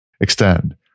extend